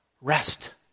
Rest